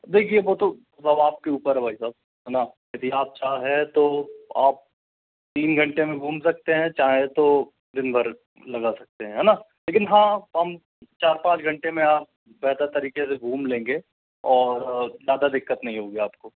देखिए वो तो आपके ऊपर है भाई साहब है ना यदि आप चाहें तो आप तीन घंटे में घूम सकते हैं चाहे तो दिनभर लगा सकते हैं है ना लेकिन हाँ हम चार पाँच घंटे में हाँ बेहतर तरीके से घूम लेंगे और ज्यादा दिक्कत नहीं होगी आपको